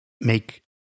make